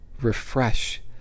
refresh